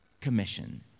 commission